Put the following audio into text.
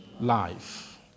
life